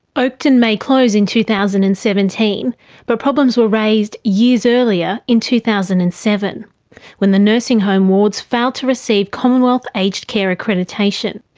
oakden may close in two thousand and seventeen but problems were raised years earlier in two thousand and seven when the nursing home wards failed to receive commonwealth aged care accreditation.